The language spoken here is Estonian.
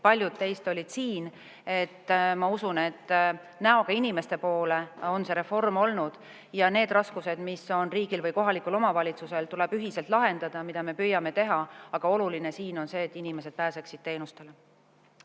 paljud teist olid siin kohal. Ma usun, et see reform on olnud näoga inimeste poole. Ja need raskused, mis on riigil või kohalikul omavalitsusel, tuleb ühiselt lahendada, mida me püüamegi teha. Aga oluline siin on see, et inimesed pääseksid teenustele.